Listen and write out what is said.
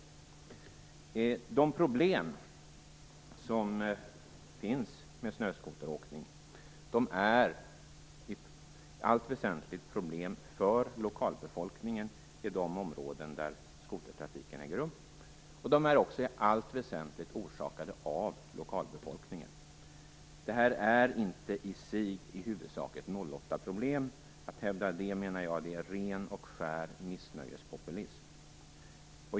De problem som finns med snöskoteråkning är i allt väsentligt problem för lokalbefolkningen i de områden där skotertrafiken äger rum. De är också i allt väsentligt orsakade av lokalbefolkningen. Detta är inte i huvudsak ett nollåttaproblem. Att hävda det, menar jag, är ren och skär missnöjespopulism.